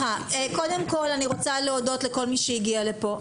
קודם כל אני רוצה להודות לכל מי שהגיע לפה,